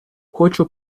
хочу